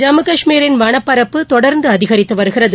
ஜம்மு கஷ்மீரின் வனப்பரப்பு தொடர்ந்து அதிகரித்து வருகிறது